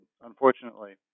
unfortunately